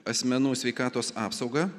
asmenų sveikatos apsaugą